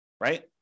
right